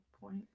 point